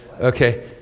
Okay